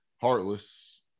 Heartless